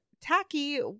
tacky